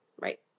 Right